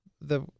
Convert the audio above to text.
the-